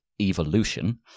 evolution